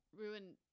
ruin